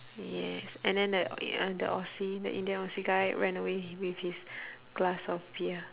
yes and then that i~ the aussie the indian aussie guy ran away with his glass of beer